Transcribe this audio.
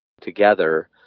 together